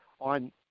on